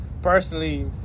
personally